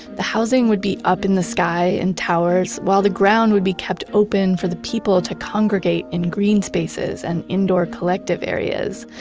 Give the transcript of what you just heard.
the housing would be up in the sky in towers while the ground would be kept open for the people to congregate in green spaces and indoor collective areas.